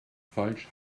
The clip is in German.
falsch